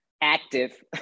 active